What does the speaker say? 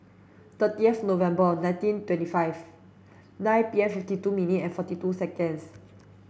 thirtieth November nineteen twenty five nine P M fifty two minute and forty two seconds